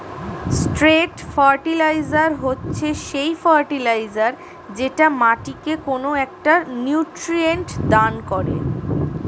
straight fertiliser হচ্ছে সেই fertiliser যেটা মাটিকে কোনো একটা নিউট্রিয়েন্ট দান করে